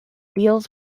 deals